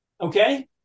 Okay